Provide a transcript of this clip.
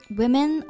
women